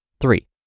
Three